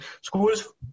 schools